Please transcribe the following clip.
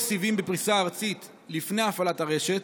סיבים בפריסה ארצית לפני הפעלת הרשת,